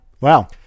Wow